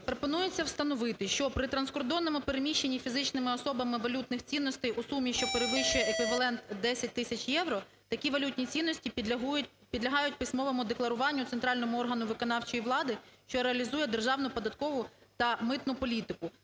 Пропонується встановити, що при транскордонному переміщенні фізичними особами валютних цінностей у сумі, що перевищує еквівалент 10 тисяч євро, такі валютні цінності підлягають письмовому декларуванню Центральному органу виконавчої влади, що реалізує державну податкову та митну політику.